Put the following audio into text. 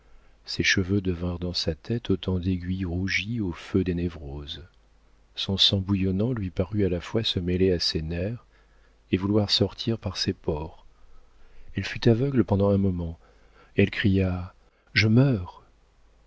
ses cheveux devinrent dans sa tête autant d'aiguilles rougies au feu des névroses son sang bouillonnant lui parut à la fois se mêler à ses nerfs et vouloir sortir par ses pores elle fut aveugle pendant un moment elle cria je meurs